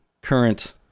current